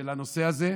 של הנושא הזה,